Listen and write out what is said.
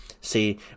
See